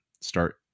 start